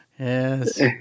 Yes